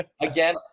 Again